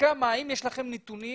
האם יש לכם נתונים